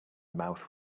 mouth